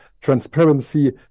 transparency